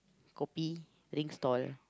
kopi drink stall